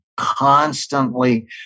Constantly